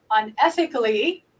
unethically